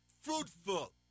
Fruitful